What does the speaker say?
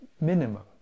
Minimum